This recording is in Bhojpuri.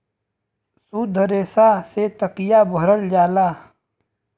सुद्ध रेसा से तकिया भरल जाला